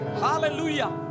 Hallelujah